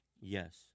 yes